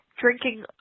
drinking